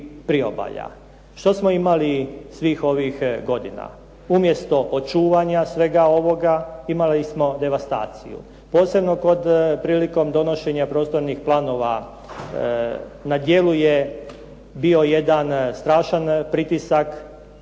što smo imali svih ovih godina? Umjesto očuvanja svega ovoga imali smo devastaciju, posebno prilikom donošenja prostornih planova na djelu je bio jedan strašan pritisak